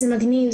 זה מגניב,